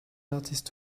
artist